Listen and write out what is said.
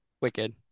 Wicked